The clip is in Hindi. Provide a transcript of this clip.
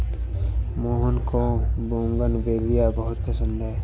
मोहन को बोगनवेलिया बहुत पसंद है